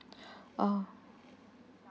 oh